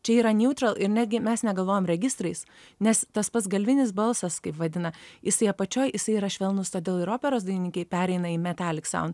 čia yra neutral ir netgi mes negalvojam registrais nes tas pats galvinis balsas kaip vadina jisai apačioj jisai yra švelnus todėl ir operos dainininkai pereina į metallic sound